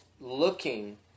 looking